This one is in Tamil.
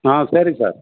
ஆ சரி சார்